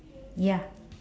ya